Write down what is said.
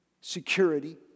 security